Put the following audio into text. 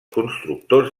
constructors